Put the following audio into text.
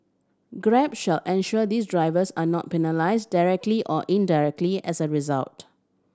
grab shall ensure these drivers are not penalise directly or indirectly as a result